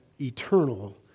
eternal